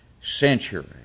century